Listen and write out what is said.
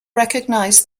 recognize